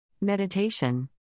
Meditation